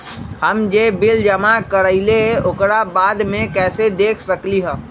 हम जे बिल जमा करईले ओकरा बाद में कैसे देख सकलि ह?